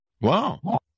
Wow